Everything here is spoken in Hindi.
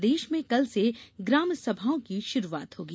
प्रदेश में कल से ग्रामसभाओं की शुरूआत होगी